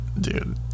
Dude